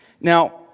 Now